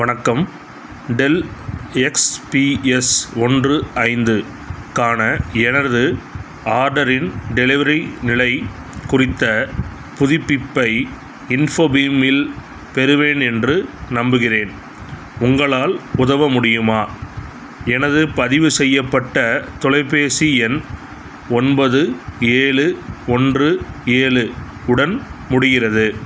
வணக்கம் Dell XPS ஒன்று ஐந்துக்கான எனது ஆர்டரின் டெலிவரி நிலை குறித்த புதுப்பிப்பை இன்ஃபோபீம் இல் பெறுவேன் என்று நம்புகிறேன் உங்களால் உதவ முடியுமா எனது பதிவு செய்யப்பட்ட தொலைபேசி எண் ஒன்பது ஏழு ஒன்று ஏழு உடன் முடிகிறது